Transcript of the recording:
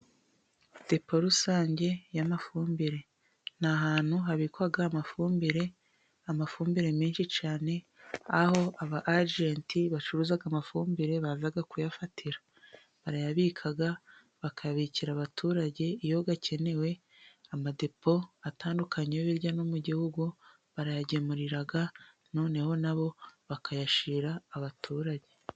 Depo rusange y'amafumbire ni ahantu habikwa amafumbire amafumbire, amafumbire menshi cyane, aho aba agenti bacuruza amafumbire, bavaga kuyafatira barayabika, bakayabikira abaturage iyo akenewe amadepo atandukanye birya no mu gihugu barayagemurira, noneho nabo bakayashyira abaturage.